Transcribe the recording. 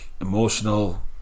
emotional